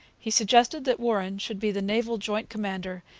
he suggested that warren should be the naval joint commander,